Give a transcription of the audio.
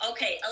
Okay